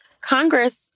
Congress